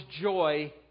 joy